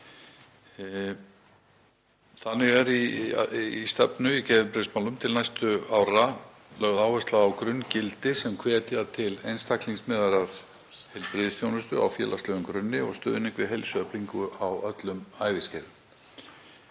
Þannig er í stefnu í geðheilbrigðismálum til næstu ára lögð áhersla á grunngildi sem hvetja til einstaklingsmiðaðrar heilbrigðisþjónustu á félagslegum grunni og stuðnings við heilsueflingu á öllum æviskeiðum.